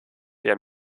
der